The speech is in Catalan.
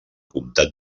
comtat